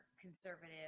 conservative